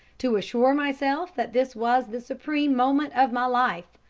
to assure myself that this was the supreme moment of my life,